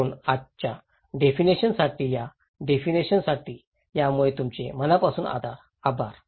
म्हणूनच आजच्या डेफिनेशननासाठी या डेफिनेशननासाठी त्यामुळे तुमचे मनापासून आभार